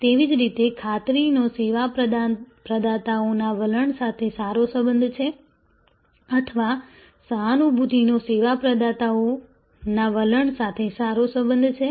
તેવી જ રીતે ખાતરીનો સેવા પ્રદાતાઓના વલણ સાથે સારો સંબંધ છે અથવા સહાનુભૂતિનો સેવા પ્રદાતાઓના વલણ સાથે સારો સંબંધ છે